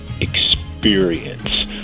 experience